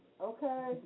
Okay